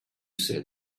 said